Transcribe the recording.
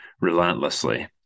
relentlessly